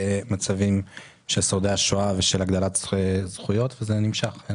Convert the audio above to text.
מצבם של ניצולי השואה, וזה נמשך.